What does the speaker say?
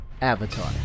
Avatar